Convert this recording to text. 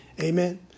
Amen